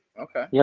okay. yeah